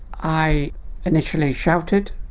i initially shouted,